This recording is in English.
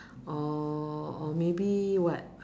or or maybe what